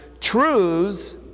truths